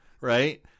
Right